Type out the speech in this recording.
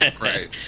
Right